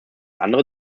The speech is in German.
andere